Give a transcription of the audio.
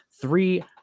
three